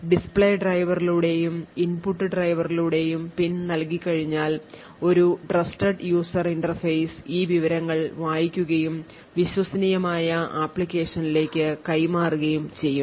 display ഡ്രൈവറിലൂടെയും input ഡ്രൈവറിലൂടെയും PIN നൽകി കഴിഞ്ഞാൽ ഒരു trusted user interface ഈ വിവരങ്ങൾ വായിക്കുകയും വിശ്വസനീയമായ ആപ്ലിക്കേഷനിലേക്ക് കൈമാറുകയും ചെയ്യും